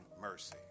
mercy